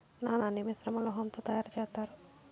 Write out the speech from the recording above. నాణాన్ని మిశ్రమ లోహం తో తయారు చేత్తారు